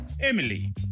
Emily